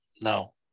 No